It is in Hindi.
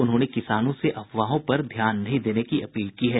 उन्होंने किसानों से अफवाहों पर ध्यान नहीं देने की अपील की है